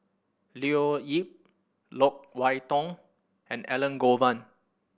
Leo Yip Loke Wan Tho and Elangovan